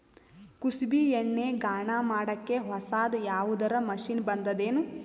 ಕುಸುಬಿ ಎಣ್ಣೆ ಗಾಣಾ ಮಾಡಕ್ಕೆ ಹೊಸಾದ ಯಾವುದರ ಮಷಿನ್ ಬಂದದೆನು?